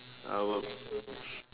I will